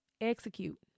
execute